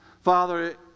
Father